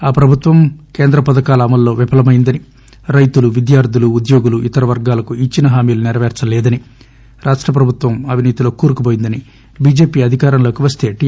ఆ ప్రభుత్వం కేంద్ర పథకాల అమలులో విఫలమయ్యిందని రైతులు విద్యార్టులు ఉద్యోగులు ఇతర వర్గాలకు ఇచ్చిన హామీలు నెరపేర్సలేదని రాష్ట ప్రభుత్వం అవినీతిలో కురుకుపోయింని బిజెపి అధికారంలోకి వస్తే టి